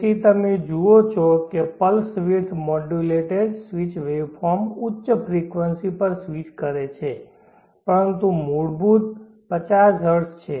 તેથી તમે જુઓ છો કે pulse width modulated switched waveform ઉચ્ચ ફ્રીકવનસી પર સ્વિચ કરે છે પરંતુ મૂળભૂત 50 હર્ટ્ઝ છે